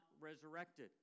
resurrected